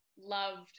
loved